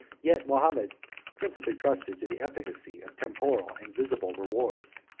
yet mahomet principally trusted to the efficacy of temporal and visible rewards.